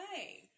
okay